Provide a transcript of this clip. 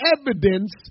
evidence